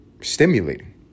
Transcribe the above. stimulating